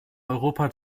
europa